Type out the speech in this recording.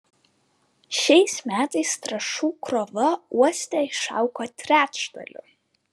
šiais metais trąšų krova uoste išaugo trečdaliu